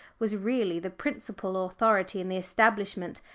was really the principal authority in the establishment,